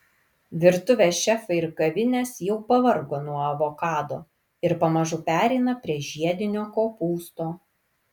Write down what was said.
virtuvės šefai ir kavinės jau pavargo nuo avokado ir pamažu pereina prie žiedinio kopūsto